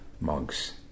monks